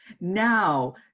Now